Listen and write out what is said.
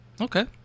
Okay